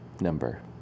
number